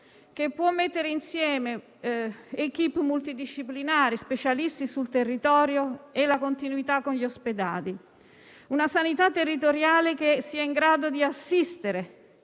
di mettere insieme *équipe* multidisciplinari, specialisti sul territorio e continuità con gli ospedali. Occorre una sanità territoriale in grado di assistere